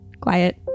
quiet